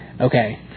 Okay